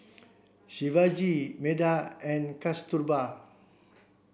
Shivaji Medha and Kasturba